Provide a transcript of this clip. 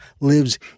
lives